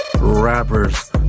rappers